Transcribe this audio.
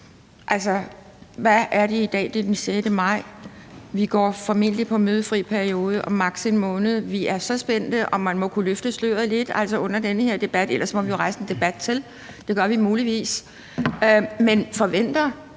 det er i dag den 6. maj, og vi går formentlig ind i den mødefri periode om maks. en måned, og vi er så spændte, og man må kunne løfte sløret lidt under den her debat, og ellers må vi jo rejse en debat til. Det gør vi muligvis, men forventer